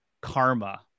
karma